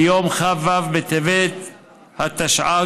ביום כ"ו בטבת התשע"ג,